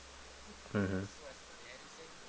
mmhmm